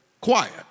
quiet